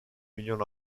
milyon